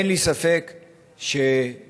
אין לי ספק שנתניהו,